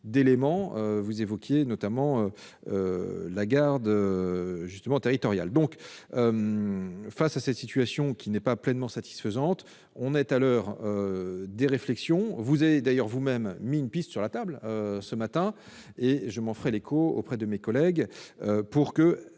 reçoit parfois le renfort de la garde territoriale. Face à cette situation qui n'est pas pleinement satisfaisante, nous sommes à l'heure des réflexions. Vous avez d'ailleurs vous-même mis une piste sur la table ce matin, et je m'en ferai l'écho auprès de mes collègues pour